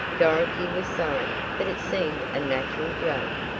dorothy was sorry, but it seemed a natural joke.